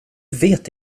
vet